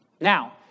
Now